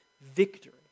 victory